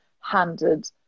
handed